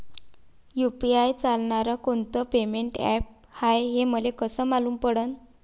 UPI चालणारं कोनचं payment app हाय, हे मले कस मालूम पडन?